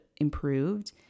improved